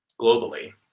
globally